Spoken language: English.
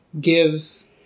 gives